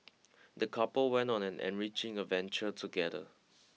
the couple went on an enriching adventure together